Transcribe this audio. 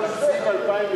במשבר,